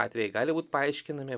atvejai gali būt paaiškinami